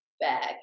bag